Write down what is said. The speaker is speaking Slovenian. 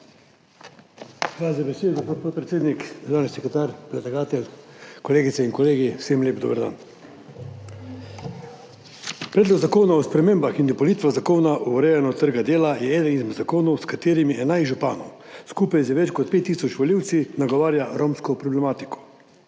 Hvala za besedo, gospod podpredsednik. Državni sekretar, predlagatelj, kolegice in kolegi, vsem lep dober dan! Predlog zakona o spremembah in dopolnitvah Zakona o urejanju trga dela je eden izmed zakonov, s katerim 11 županov skupaj z več kot 5 tisoč volivci nagovarja romsko problematiko.